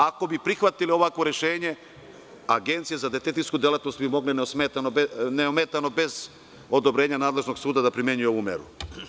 Ako bi prihvatili ovakvo rešenje, agencije za detektivsku delatnost bi mogle neometano, bez odobrenja nadležnog suda, da primenjuju ovu meru.